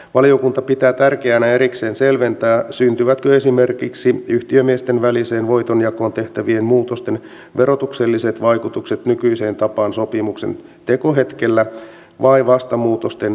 valiokunta pitää tärkeänä erikseen selventää syntyvätkö esimerkiksi yhtiömiesten väliseen voitonjakoon tehtävien muutosten verotukselliset vaikutukset nykyiseen tapaan sopimuksen tekohetkellä vai vasta muutosten rekisteröinnistä